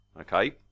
okay